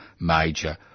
major